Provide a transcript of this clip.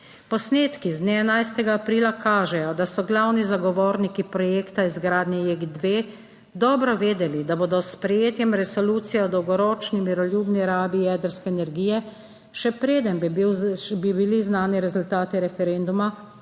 Posnetki z dne 11. aprila kažejo, da so glavni zagovorniki projekta izgradnje JEK 2 dobro vedeli, da bodo s sprejetjem resolucije o dolgoročni miroljubni rabi jedrske energije, še preden bi bili znani rezultati referenduma,